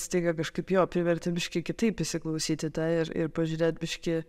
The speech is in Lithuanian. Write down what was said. staiga kažkaip jo privertė biškį kitaip įsiklausyti ir ir pažiūrėt biškį